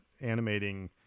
animating